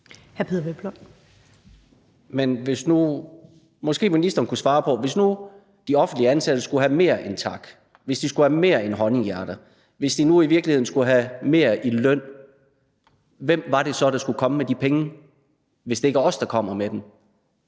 Peder Hvelplund (EL): Ministeren kunne måske svare på noget. Hvis nu de offentligt ansatte skulle have mere end tak, hvis de skulle have mere end honninghjerter, hvis de nu i virkeligheden skulle have mere i løn, hvem var det så, der skulle komme med de penge, hvis det ikke er os, der kommer med dem?